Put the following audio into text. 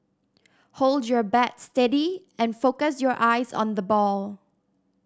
hold your bat steady and focus your eyes on the ball